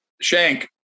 Shank